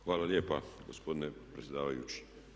Hvala lijepa gospodine predsjedavajući.